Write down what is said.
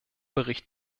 bericht